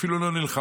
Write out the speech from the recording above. אפילו לא נלחמו,